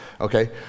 okay